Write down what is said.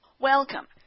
Welcome